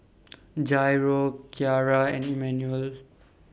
Jairo Kyara and Emanuel